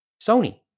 Sony